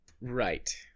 Right